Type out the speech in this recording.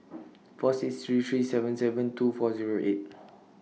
four six three three seven seven two four Zero eight